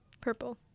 purple